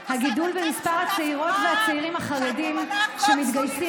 הגידול במספר הצעירות והצעירים החרדים שמתגייסים